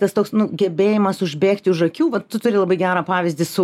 tas toks nu gebėjimas užbėgti už akių va tu turi labai gerą pavyzdį su